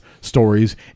stories